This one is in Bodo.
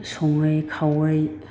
सङै खावै